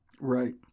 Right